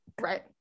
right